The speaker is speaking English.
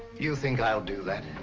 you think i'll do that?